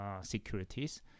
securities